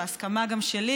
וגם הסכמה שלי,